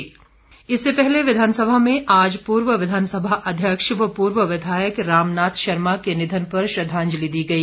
शोकोदगार इससे पहले विधानसभा में आज पूर्व विधानसभा अध्यक्ष व पूर्व विधायक राम नाथ शर्मा के निधन श्रद्वांजलि दी गई